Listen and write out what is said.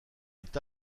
est